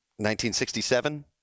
1967